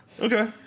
Okay